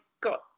got